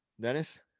Dennis